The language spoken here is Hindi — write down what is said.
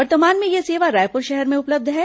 वर्तमान में यह सेवा रायपुर शहर में उपलब्ध है